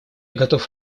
готов